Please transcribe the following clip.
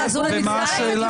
ומה השאלה?